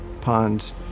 ponds